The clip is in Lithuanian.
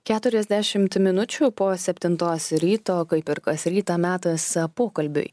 keturiasdešimt minučių po septintos ryto kaip ir kas rytą metas pokalbiui